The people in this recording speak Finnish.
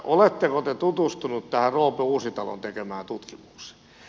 oletteko te tutustunut tähän roope uusitalon tekemään tutkimukseen